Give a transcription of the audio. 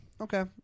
Okay